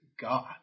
God